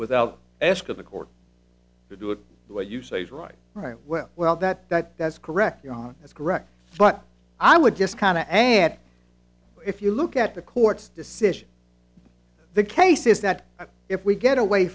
without asking the court to do it the way you say as right right well well that that that's correct on that's correct but i would just kind of i add if you look at the court's decision the case is that if we get away